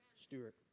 Stewart